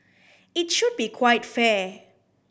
it should be quite fair